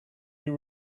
you